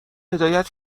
هدایت